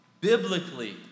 Biblically